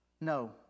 No